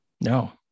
No